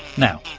now,